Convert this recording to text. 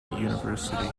university